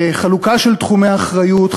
חלוקה של תחומי אחריות,